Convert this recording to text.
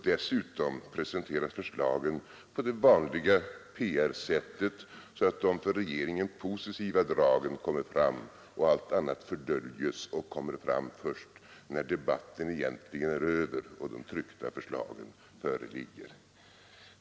Dessutom presenteras förslagen på det vanliga PR-sättet, så att de för regeringen positiva dragen framträder och allt annat fördöljs och kommer fram först när debatten egentligen är över och de tryckta förslagen föreligger.